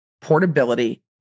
Portability